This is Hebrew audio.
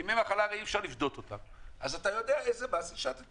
ימי מחלה הרי אי אפשר לפדות אז אתה יודע איזה מס השתת.